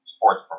Sports